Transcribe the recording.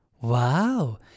Wow